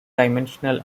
dimensional